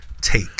take